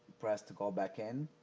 press to go back in.